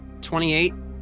28